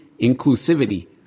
inclusivity